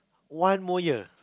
one more year